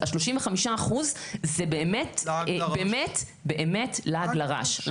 ה-35% זה באמת לעג לרש.